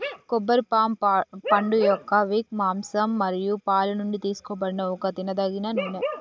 కొబ్బరి పామ్ పండుయొక్క విక్, మాంసం మరియు పాలు నుండి తీసుకోబడిన ఒక తినదగిన నూనె